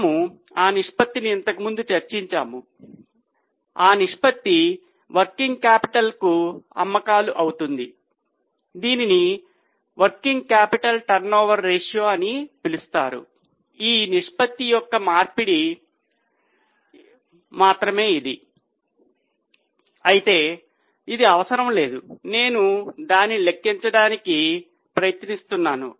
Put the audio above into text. మేము ఆ నిష్పత్తిని ఇంతకుముందు చర్చించాము ఆ నిష్పత్తి వర్కింగ్ క్యాపిటల్కు అమ్మకాలు అవుతుంది దీనిని వర్కింగ్ క్యాపిటల్ టర్నోవర్ రేషియో అని పిలుస్తారు ఇది ఈ నిష్పత్తి యొక్క మార్పిడి మాత్రమే అయితే ఇది అవసరం లేదు నేను దానిని లెక్కించడానికి ప్రయత్నిస్తాను